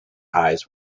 eyes